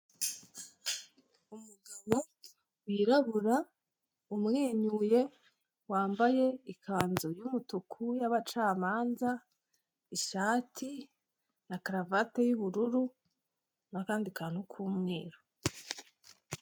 Umugabo wirabura, umwenyuye, wambaye ikanzu y'umutuku y'abacamanza, ishati na karavati y'ubururu n'akandi kantu k'umweru.